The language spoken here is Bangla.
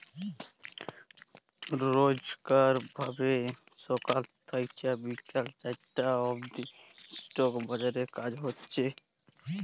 রইজকার ভাবে ছকাল থ্যাইকে বিকাল চারটা অব্দি ইস্টক বাজারে কাজ হছে